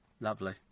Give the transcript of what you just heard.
Lovely